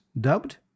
dubbed